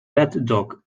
braddock